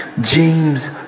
James